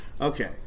Okay